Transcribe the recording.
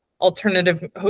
alternative